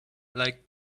like